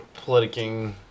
politicking